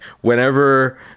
whenever